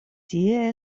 tie